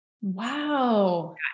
Wow